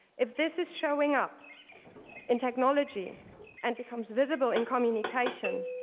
if this is showing up in technology and becomes visible in communication,